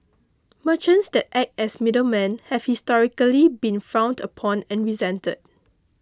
merchants that act as middlemen have historically been frowned upon and resented